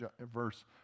verse